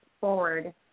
forward